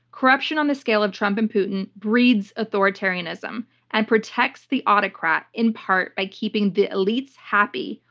corruption on the scale of trump and putin breeds authoritarianism and protects the autocrat in part by keeping the elites happy,